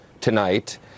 tonight